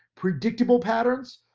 predictable patterns,